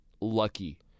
lucky